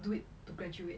do it to graduate